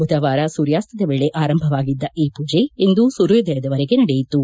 ಬುಧವಾರ ಸೂರ್ಯಾಸ್ತದ ವೇಳೆ ಆರಂಭವಾಗಿದ್ದ ಛತ್ ಮೂಜೆ ಇಂದು ಸೂರ್ಯೋದಯದವರೆಗೆ ನಡೆಯಿತು